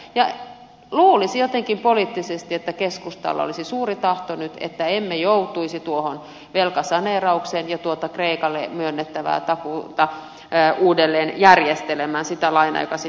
ja luulisi jotenkin poliittisesti että keskustalla olisi suuri tahto nyt että emme joutuisi tuohon velkasaneeraukseen ja tuota kreikalle myönnettävää takuuta uudelleen järjestelemään sitä lainaa joka sinne nyt on annettu